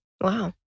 Wow